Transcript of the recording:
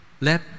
let